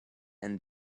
and